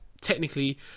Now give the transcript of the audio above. technically